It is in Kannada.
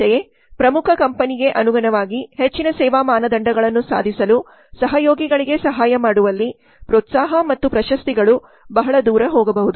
ಅಂತೆಯೇ ಪ್ರಮುಖ ಕಂಪನಿಗೆ ಅನುಗುಣವಾಗಿ ಹೆಚ್ಚಿನ ಸೇವಾ ಮಾನದಂಡಗಳನ್ನು ಸಾಧಿಸಲು ಸಹಯೋಗಿಗಳಿಗೆ ಸಹಾಯ ಮಾಡುವಲ್ಲಿ ಪ್ರೋತ್ಸಾಹ ಮತ್ತು ಪ್ರಶಸ್ತಿಗಳು ಬಹಳ ದೂರ ಹೋಗಬಹುದು